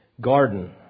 garden